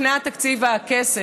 לפני התקציב והכסף,